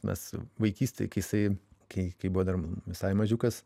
mes vaikystėj kai jisai kai kai buvo dar visai mažiukas